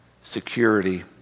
security